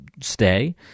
stay